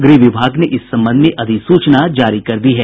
गृह विभाग ने इस संबंध में अधिसूचना जारी कर दी है